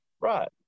Right